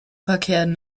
verkehren